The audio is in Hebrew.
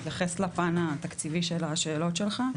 אני אתייחס לפן התקציבי של השאלות שלך.